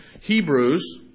Hebrews